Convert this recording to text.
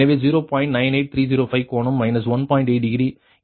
8 degree இணைவு plus 0